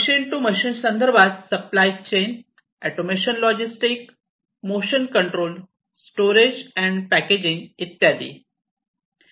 machine to machine संदर्भात supply chain automation logistic motion control storage and packaging इत्यादी